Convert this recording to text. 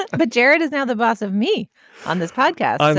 ah but jared is now the boss of me on this podcast.